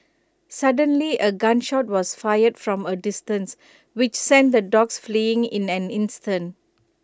suddenly A gun shot was fired from A distance which sent the dogs fleeing in an instant